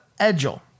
Edgel